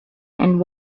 and